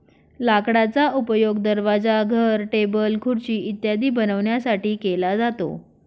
लाकडाचा उपयोग दरवाजा, घर, टेबल, खुर्ची इत्यादी बनवण्यासाठी केला जातो